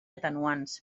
atenuants